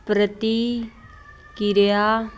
ਪ੍ਰਤੀਕਿਰਿਆ